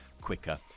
quicker